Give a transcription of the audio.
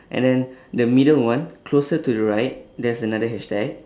and then the middle one closer to the right there's another hashtag